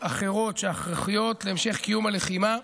אזרחיות אחרות שהכרחיות להמשך קיום הלחימה,